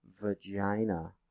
vagina